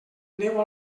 neu